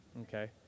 Okay